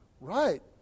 Right